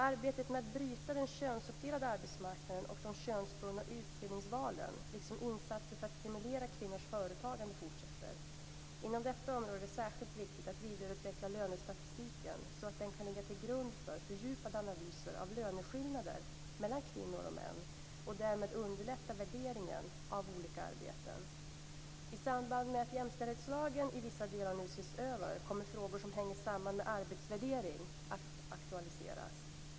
Arbetet med att bryta den könsuppdelade arbetsmarknaden och de könsbundna utbildningsvalen, liksom insatser för att stimulera kvinnors företagande, fortsätter. Inom detta område är det särskilt viktigt att vidareutveckla lönestatistiken så att den kan ligga till grund för fördjupade analyser av löneskillnader mellan kvinnor och män och därmed underlätta värderingen av olika arbeten. I samband med att jämställdhetslagen i vissa delar nu ses över kommer frågor som hänger samman med arbetsvärdering att aktualiseras.